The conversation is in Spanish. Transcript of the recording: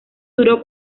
duró